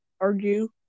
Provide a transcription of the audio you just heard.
argue